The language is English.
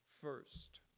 first